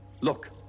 Look